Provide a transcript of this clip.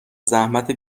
زحمت